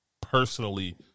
personally